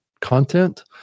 content